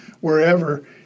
wherever